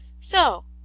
So